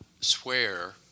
swear